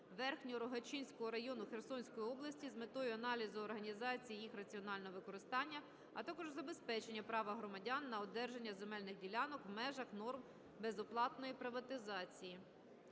Верхньорогачицького району Херсонської області з метою аналізу організації їх раціонального використання, а також забезпечення права громадян на одержання земельних ділянок в межах норм безоплатної приватизації.